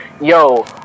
yo